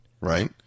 Right